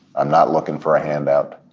i'm not looking for a handout.